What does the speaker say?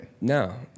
No